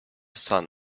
sun